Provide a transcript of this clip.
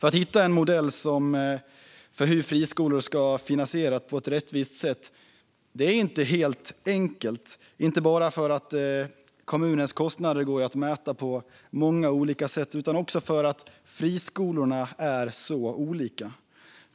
Att hitta en modell för hur friskolor ska finansieras på ett rättvist sätt är inte helt enkelt, inte bara för att kommunens kostnader går att mäta på många olika sätt utan också för att friskolorna är så olika.